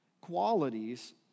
qualities